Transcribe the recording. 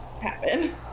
happen